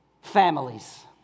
Families